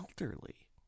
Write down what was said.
elderly